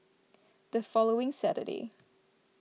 the following Saturday